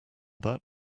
that